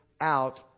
out